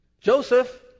Joseph